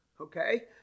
Okay